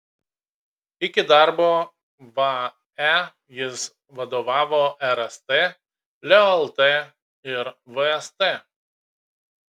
iki darbo vae jis vadovavo rst leo lt ir vst